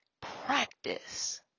practice